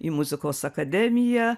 į muzikos akademiją